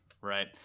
Right